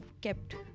kept